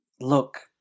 Look